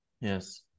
Yes